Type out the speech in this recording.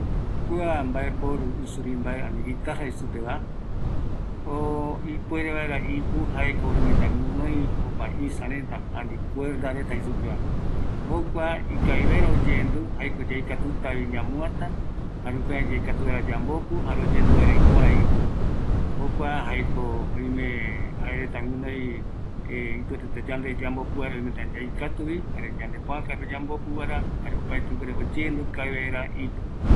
Kua isurimbae guitarra, jaeko mopetɨ apirai iyapoa, ipu varea omeko guinoi ïsa, jare yaikatuta ,ñamuatä, jukurai ñame vaera supe mopetï apirai ikavigue, jare yande yaikatuta yambopu